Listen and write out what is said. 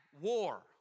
war